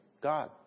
God